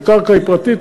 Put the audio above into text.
כי הקרקע היא פרטית.